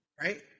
right